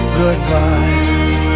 goodbye